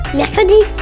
Mercredi